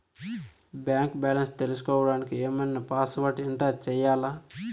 Bank balance తెలుసుకోవడానికి ఏమన్నా password enter చేయాలా?